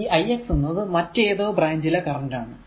ഈ ix എന്നത് മറ്റേതോ ബ്രാഞ്ചിലെ കറന്റ് ആണ്